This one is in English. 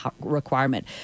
requirement